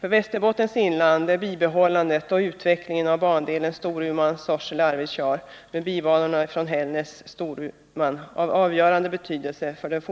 För Västerbottens inland är bibehållandet och utvecklingen av bandelen Storuman+-Sorsele-Arvidsjaur, med bibanorna Hällnäs-Storuman, av avgörande betydelse för den